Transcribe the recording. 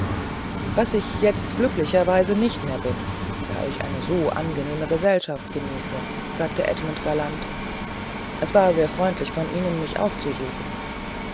was ich jetzt glücklicherweise nicht mehr bin da ich eine so angenehme gesellschaft genieße sagte edmund galant es war sehr freundlich von ihnen mich aufzusuchen